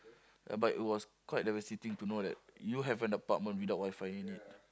ya but it was quite devastating to know that you have an apartment without WiFi in it